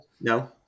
No